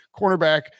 cornerback